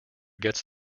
gets